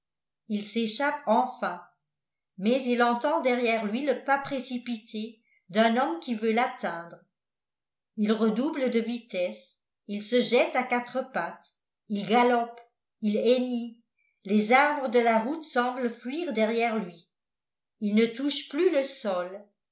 il s'échappe enfin mais il entend derrière lui le pas précipité d'un homme qui veut l'atteindre il redouble de vitesse il se jette à quatre pattes il galope il hennit les arbres de la route semblent fuir derrière lui il ne touche plus le sol